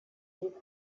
geht